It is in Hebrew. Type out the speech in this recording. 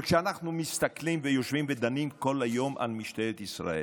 וכשאנחנו מסתכלים ויושבים ודנים כל היום על משטרת ישראל,